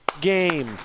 game